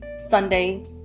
Sunday